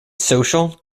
social